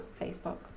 Facebook